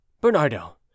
Bernardo